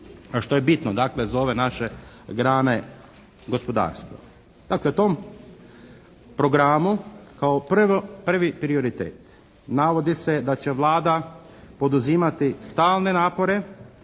što je bitno dakle za ove naše grane gospodarstva? Dakle u tom programu kao prvi prioritet navodi se da će Vlada poduzimati stalne napore